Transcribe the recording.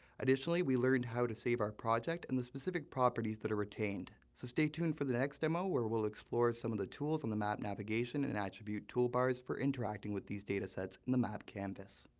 additionally, we learned how to save our project and the specific properties that are retained. stay tuned for the next demo, where we will explore some of the tools on the map navigation and attribute toolbars for interacting with these datasets in the map canvas.